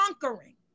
conquering